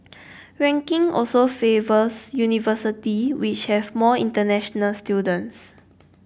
ranking also favours university which have more international students